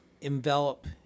envelop